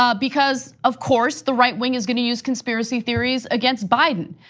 um because of course, the right wing is gonna use conspiracy theories against biden.